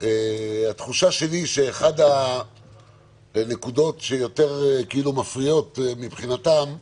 שאחת הנקודות שמפריעות להם